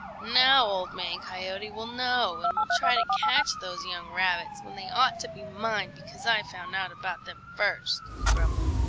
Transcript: now old man coyote will know and will try to catch those young rabbits, when they ought to be mine because i found out about them first, he grumbled.